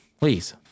please